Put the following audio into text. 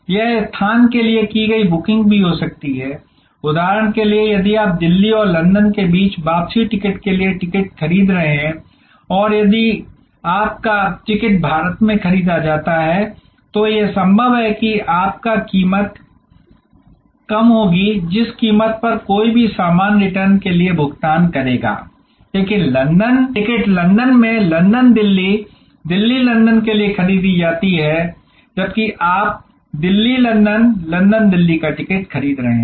यह स्थान के लिए की गई बुकिंग भी हो सकती है उदाहरण के लिए यदि आप दिल्ली और लंदन के बीच वापसी टिकट के लिए टिकट खरीद रहे हैं और यदि आपका टिकट भारत में खरीदा जाता है तो यह बहुत संभव है कि आपका टिकट कीमत कम होगी जिस कीमत पर कोई भी समान रिटर्न के लिए भुगतान करेगा लेकिन टिकट लंदन में लंदन दिल्ली दिल्ली लंदन के लिए खरीदी जाती है जबकि आप दिल्ली लंदन लंदन दिल्ली का टिकट खरीद रहे हैं